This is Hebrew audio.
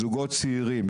זוגות צעירים,